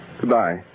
Goodbye